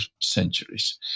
centuries